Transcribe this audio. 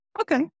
Okay